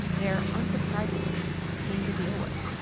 they're, unsurprisingly, a pain to deal with.